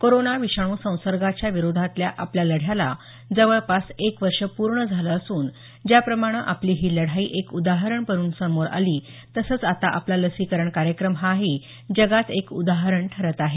corona विषाणू संसर्गाच्या विरोधातल्या आपल्या लढ्याला जवळपास एक वर्ष पूर्ण झालं असून ज्याप्रमाणं आपली ही लढाई एक उदाहरण म्हणून समोर आली तसंच आता आपला लसीकरण कार्यक्रम हा ही जगात एक उदाहरण ठरत आहे